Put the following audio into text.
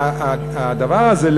הדבר הזה,